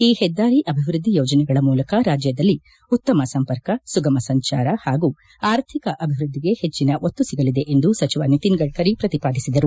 ಈ ಹೆದ್ದಾರಿ ಅಭಿವೃದ್ಧಿ ಯೋಜನೆಗಳ ಮೂಲಕ ರಾಜ್ಯದಲ್ಲಿ ಉತ್ತಮ ಸಂಪರ್ಕ ಸುಗಮ ಸಂಚಾರ ಹಾಗೂ ಆರ್ಥಿಕ ಅಭಿವೃದ್ಧಿಗೆ ಹೆಚ್ಚಿನ ಒತ್ತು ಸಿಗಲಿದೆ ಎಂದು ಸಚಿವ ನಿತಿನ್ ಗಡ್ಕರಿ ಪ್ರತಿಪಾದಿಸಿದರು